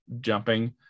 jumping